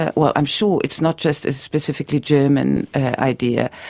ah well, i'm sure it's not just a specifically german idea.